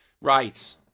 Right